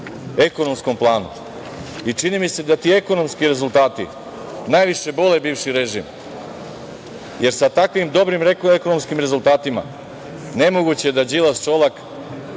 ekonomskom planu. Čini mi se da ti ekonomski rezultati najviše bole bivši režim jer sa takvim dobrim ekonomskim rezultatima nemoguće je da Đilas, Šolak,